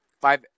five